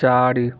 चारि